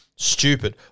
stupid